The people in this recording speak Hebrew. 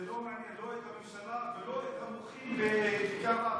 זה לא מעניין את הממשלה ולא את המוחים בכיכר רבין,